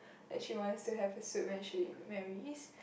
like she wants to have a suits when she marries